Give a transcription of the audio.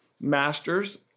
masters